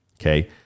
Okay